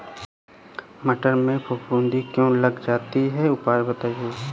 मटर में फफूंदी क्यो लग जाती है उपाय बताएं?